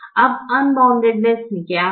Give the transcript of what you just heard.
अब अनबाउंडनेस क्या है